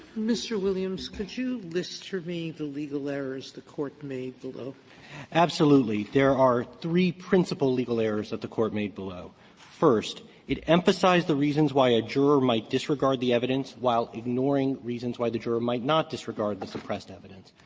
mr. williams could you list for me the legal errors the court made below? williams absolutely. there are three principle legal errors that the court made below first, it emphasized the reasons why a juror might disregard the evidence while ignoring reasons why the juror might not disregard the suppressed evidence.